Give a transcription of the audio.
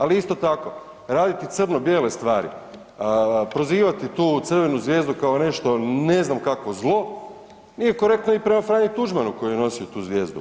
Ali isto tako raditi crno bijele stvari, prozivati tu crvenu zvijezdu kao nešto ne znam kakvo zlo nije korektno ni prema Franji Tuđmanu koji je nosio tu zvijezdu.